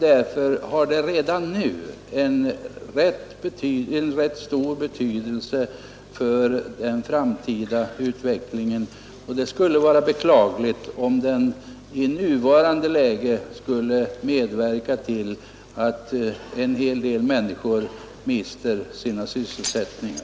Därför har den höjda löneskatten en rätt stor betydelse för den framtida utvecklingen, och det skulle vara beklagligt, om den i nuvarande läge skulle medverka till att en hel del människor mister sina sysselsättningar.